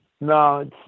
No